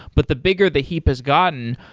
but the bigger they heap has gotten,